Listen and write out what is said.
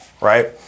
right